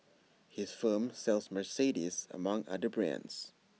his firm sells Mercedes among other brands